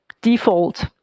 default